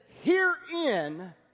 herein